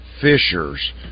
Fisher's